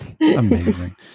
amazing